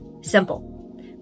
simple